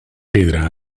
pedra